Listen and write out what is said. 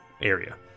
area